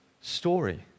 story